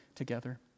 together